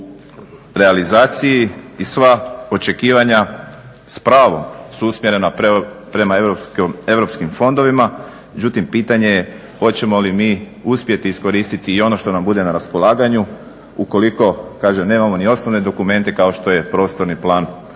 u realizaciji i sva očekivanja s pravom su usmjerena prema europskim fondovima, međutim pitanje je hoćemo li mi uspjeti iskoristiti i ono što nam bude na raspolaganju ukoliko kažem nemamo ni osnovne dokumente kao što je prostorni plan jedne